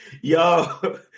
yo